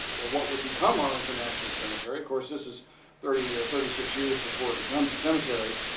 or what would become arlington national cemetery. of course this is thirty, thirty six years before it becomes a cemetery.